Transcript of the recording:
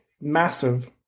massive